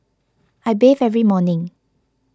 I bathe every morning